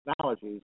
technologies